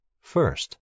first